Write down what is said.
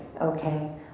okay